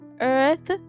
earth